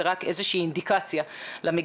זה רק איזו שהיא אינדיקציה למגמה.